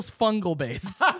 fungal-based